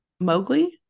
Mowgli